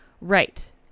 Right